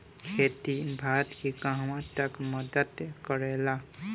खेती भारत के कहवा तक मदत करे ला?